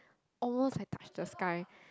almost like touch the sky